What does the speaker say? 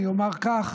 אומר כך: